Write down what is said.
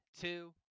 two